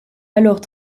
alors